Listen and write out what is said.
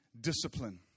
discipline